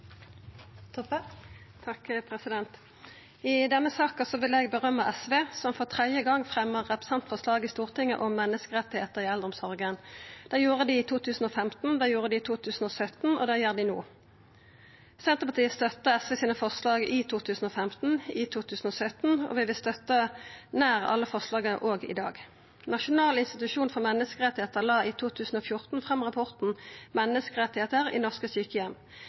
I denne saka vil eg rosa SV, som for tredje gong fremjar eit representantforslag i Stortinget om menneskerettar i eldreomsorga. Det gjorde dei i 2015, det gjorde dei i 2017, og det gjer dei no. Senterpartiet støtta SVs forslag i 2015 og 2017, og vi vil støtta nær alle forslaga òg i dag. Norges institusjon for menneskerettigheter la i 2014 fram rapporten Menneskerettigheter i norske sykehjem.